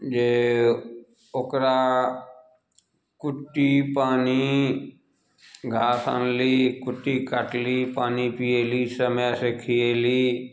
जे ओकरा कुट्टी पानी घास अनली कुट्टी काटली पानी पिएली समयसे खिएली